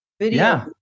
video